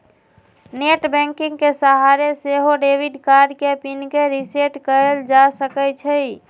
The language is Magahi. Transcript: नेट बैंकिंग के सहारे से सेहो डेबिट कार्ड के पिन के रिसेट कएल जा सकै छइ